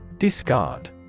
Discard